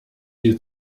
die